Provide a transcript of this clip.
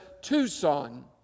Tucson